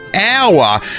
hour